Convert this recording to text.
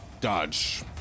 dodge